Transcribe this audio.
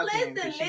Listen